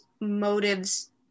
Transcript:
motives